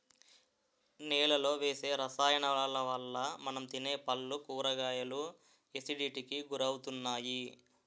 నేలలో వేసే రసాయనాలవల్ల మనం తినే పళ్ళు, కూరగాయలు ఎసిడిటీకి గురవుతున్నాయి